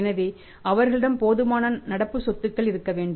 எனவே அவர்களிடம் போதுமான நடப்பு சொத்துக்கள் இருக்க வேண்டும்